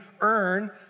earn